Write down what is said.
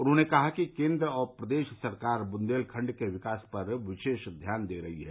उन्होंने कहा कि केन्द्र और प्रदेश सरकार बुन्देलखंड के विकास पर विशेष ध्यान दे रही है